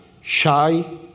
shy